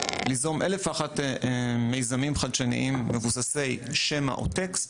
ליזום אלף ואחד מיזמים חדשניים מבוססי שמע או טקסט.